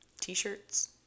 T-shirts